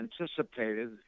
anticipated